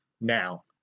now